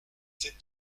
c’est